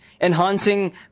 enhancing